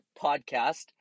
podcast